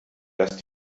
lasst